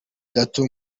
gato